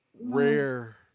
rare